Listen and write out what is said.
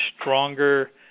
stronger